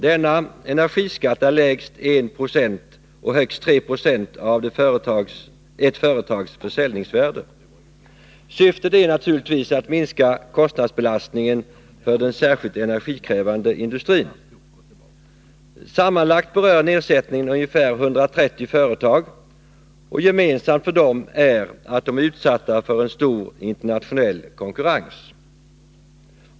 Denna energiskatt är lägst 1 90 och högst 3970 av ett företags försäljningsvärde. Syftet är naturligtvis att minska kostnadsbelastningen för den särskilt energikrävande industrin. Sammanlagt berör nedsättningen ungefär 130 företag, och gemensamt för dem är att de är utsatta för en stor internationell konkurrens.